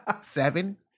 seven